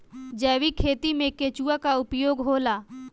जैविक खेती मे केचुआ का उपयोग होला?